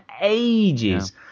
ages